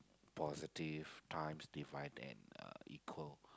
positive times divide and uh equal